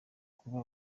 kuba